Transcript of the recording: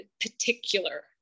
particular